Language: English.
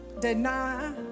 deny